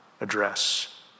address